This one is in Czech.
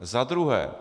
Za druhé.